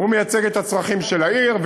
הוא מייצג את הצרכים של העיר,